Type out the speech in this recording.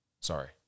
Sorry